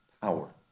power